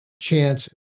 chance